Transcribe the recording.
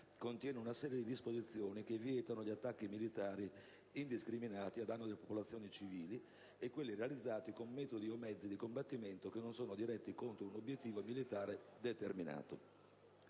contiene una serie di disposizioni che vietano gli attacchi militari indiscriminati a danno delle popolazioni civili e quelli realizzati con metodi o mezzi di combattimento che non sono diretti contro un obiettivo militare determinato.